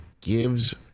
gives